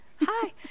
hi